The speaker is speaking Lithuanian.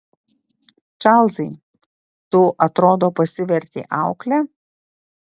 čarlzai tu atrodo pasivertei aukle